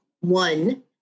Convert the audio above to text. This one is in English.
one